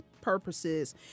purposes